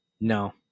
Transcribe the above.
No